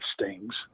stings